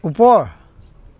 ওপৰ